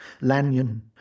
Lanyon